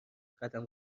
قدم